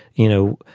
you know,